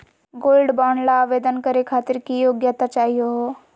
Gold bond ल आवेदन करे खातीर की योग्यता चाहियो हो?